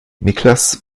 niklas